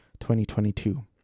2022